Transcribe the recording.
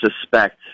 suspect